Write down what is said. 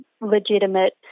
legitimate